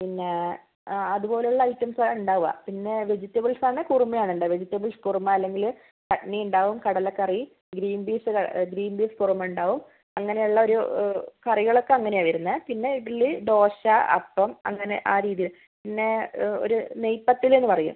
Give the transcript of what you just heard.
പിന്നെ ആ അതുപോലുള്ള ഐറ്റംസ് ആണ് ഉണ്ടാവുക പിന്നെ വെജിറ്റേബിൾസ് ആണെങ്കിൽ കുറുമയാണുണ്ടാവുക വെജിറ്റെബിൾസ് കുറുമ അല്ലെങ്കിൽ ചട്നി ഉണ്ടാവും കടലക്കറി ഗ്രീൻ പീസ് ക ഗ്രീൻ പീസ് കുറുമ ഉണ്ടാവും അങ്ങനെയുള്ളൊരു കറികളൊക്കെ അങ്ങനെയാണ് വരുന്നത് പിന്നെ ഇഡ്ഡ്ലി ദോശ അപ്പം അങ്ങനെ ആ രീതിയിൽ പിന്നെ ഒ ഒരു നെയ് പത്തൽ എന്ന് പറയും